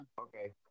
Okay